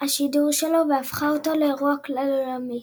השידור שלו והפכה אותו לאירוע כלל עולמי.